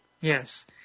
Yes